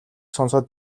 сонсоод